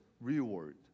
reward